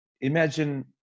imagine